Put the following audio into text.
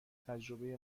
تجربه